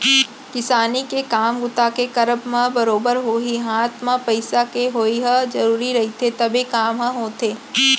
किसानी के काम बूता के करब म बरोबर होही हात म पइसा के होवइ ह जरुरी रहिथे तभे काम ह होथे